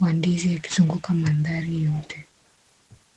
wa ndizi yakizunguka mandhari yote.